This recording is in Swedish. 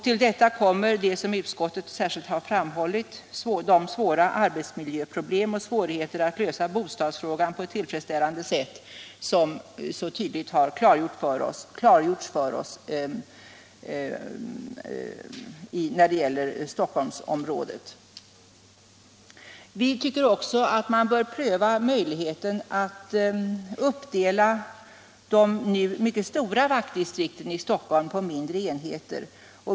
Till detta kommer det som utskottet särskilt har framhållit: de svåra arbetsmiljöproblemen och svårigheterna att lösa bostadsfrågan på ett tillfredsställande sätt. Detta har tydligt klargjorts för oss när det gäller Stockholmsområdet. Vi tycker också att man bör pröva möjligheten att uppdela de nu mycket stora vaktdistrikten i Stockholm på mindre enheter.